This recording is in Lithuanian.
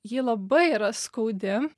ji labai yra skaudi